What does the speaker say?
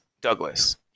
Douglas